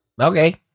Okay